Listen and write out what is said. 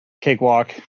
cakewalk